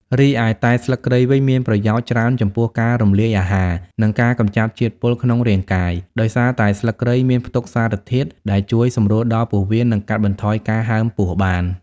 រីឯតែស្លឹកគ្រៃវិញមានប្រយោជន៍ច្រើនចំពោះការរំលាយអាហារ និងការកម្ចាត់ជាតិពុលក្នុងរាងកាយ ដោយសារតែស្លឹកគ្រៃមានផ្ទុកសារធាតុដែលជួយសម្រួលដល់ពោះវៀន និងកាត់បន្ថយការហើមពោះបាន។